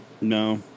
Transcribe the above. No